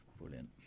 brilliant